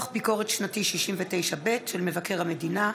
משבר התחבורה הציבורית, מערך המסוקים בצה"ל,